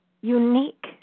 unique